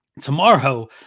Tomorrow